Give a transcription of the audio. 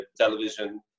television